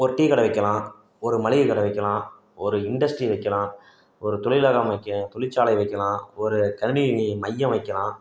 ஒரு டீ கடை வைக்கலாம் ஒரு மளிகை கடை வைக்கலாம் ஒரு இண்டஸ்ட்ரீ வைக்கலாம் ஒரு தொழிலாக அமைக்க தொழிற்சாலை அமைக்கலாம் ஒரு கணினி மையம் வைக்கலாம்